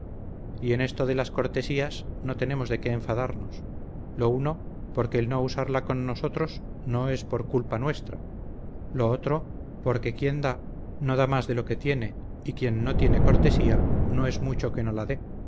y en esto de las cortesías no tenemos de qué enfadarnos lo uno porque el no usarla con nosotros no es por culpa nuestra lo otro porque quien da no da más de lo que tiene y quien no tiene cortesía no es mucho que no la dé